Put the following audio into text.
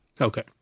Okay